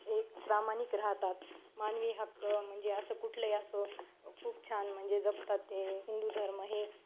एक प्रामाणिक राहतात मानवी हक्क म्हणजे असं कुठलंही असो खूप छान म्हणजे जपतात ते हिंदू धर्म हे